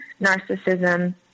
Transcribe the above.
narcissism